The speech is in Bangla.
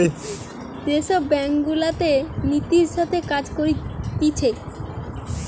যে সব ব্যাঙ্ক গুলাতে নীতির সাথে কাজ করতিছে